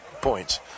points